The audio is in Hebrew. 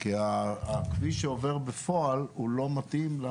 כי הכביש שעובר בפועל הוא לא מתאים,